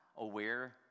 aware